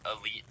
elite